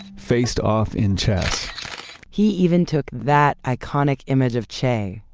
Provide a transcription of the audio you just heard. faced off in chess he even took that iconic image of che,